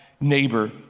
neighbor